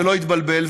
ולא יתבלבל,